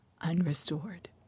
unrestored